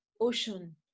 ocean